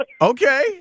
Okay